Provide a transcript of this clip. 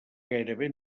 gairebé